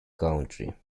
country